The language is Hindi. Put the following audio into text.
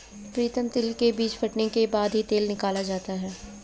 प्रीतम तिल के बीज फटने के बाद ही तेल निकाला जाता है